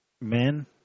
men